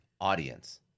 audience